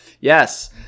Yes